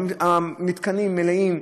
המתקנים מלאים,